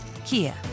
Kia